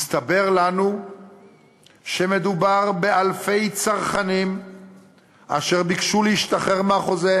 הסתבר לנו שמדובר באלפי צרכנים אשר ביקשו להשתחרר מהחוזה,